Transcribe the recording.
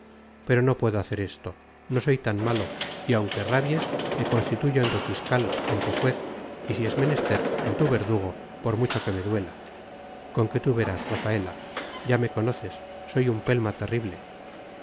pero no puedo hacer esto no soy tan malo y aunque rabies me constituyo en tu fiscal en tu juez y si es menester en tu verdugo por mucho que me duela con que tú verás rafaela ya me conoces soy un pelma terrible